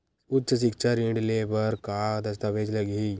उच्च सिक्छा ऋण ले बर का का दस्तावेज लगही?